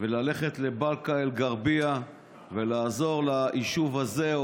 וללכת לבאקה אל-גרבייה ולעזור ליישוב הזה,